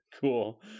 Cool